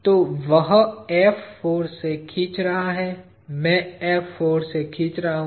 तोवह F force से खींच रहा है मै F फाॅर्स से खींच रहा हू